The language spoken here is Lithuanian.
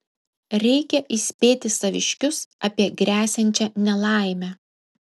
reikia įspėti saviškius apie gresiančią nelaimę